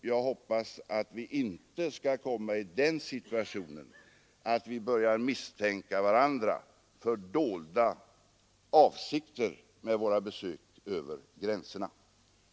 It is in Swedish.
Jag hoppas att vi inte skall komma i den situationen att vi börjar misstänka varandra för dolda avsikter med våra besök över gränserna.